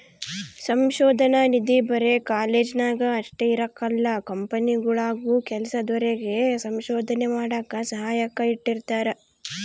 ಸಂಶೋಧನಾ ನಿಧಿ ಬರೆ ಕಾಲೇಜ್ನಾಗ ಅಷ್ಟೇ ಇರಕಲ್ಲ ಕಂಪನಿಗುಳಾಗೂ ಕೆಲ್ಸದೋರಿಗೆ ಸಂಶೋಧನೆ ಮಾಡಾಕ ಸಹಾಯಕ್ಕ ಇಟ್ಟಿರ್ತಾರ